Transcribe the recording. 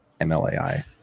MLAI